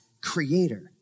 creator